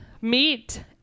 meet